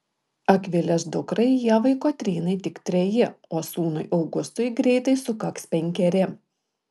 akvilės dukrai ievai kotrynai tik treji o sūnui augustui greitai sukaks penkeri